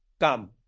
come